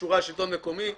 שקשורה לשלטון המקומי,